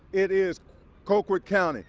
it is colquitt county.